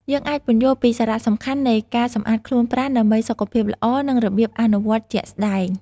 យើងអាចពន្យល់ពីសារៈសំខាន់នៃការសម្អាតខ្លួនប្រាណដើម្បីសុខភាពល្អ និងរបៀបអនុវត្តជាក់ស្ដែង។